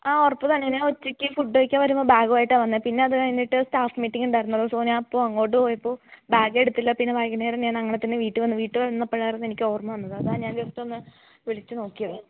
ആ ഉറപ്പ് തന്നെയാ ഞാൻ ഉച്ചക്ക് ഫുഡ് കഴിക്കാൻ വരുമ്പം ബാഗുമായിട്ടാ വന്നത് പിന്നത് കഴിഞ്ഞിട്ട് സ്റ്റാഫ് മീറ്റിംങ്ങുണ്ടായിരുന്നു അത് സോ ഞാൻ അപ്പോൾ അങ്ങോട്ട് പോയപ്പോൾ ബാഗെടുത്തില്ല പിന്നെ വൈകുന്നേരം ഞാൻ അങ്ങനെ തന്നെ വീട്ടിൽ വന്നു വീട്ടിൽ വന്നപ്പോഴായിരുന്നു എനിക്ക് ഓർമ്മ വന്നത് അതാ ഞാൻ ജസ്റ്റ് ഒന്ന് വിളിച്ചു നോക്കിയത്